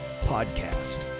podcast